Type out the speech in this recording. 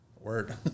Word